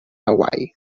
hawaii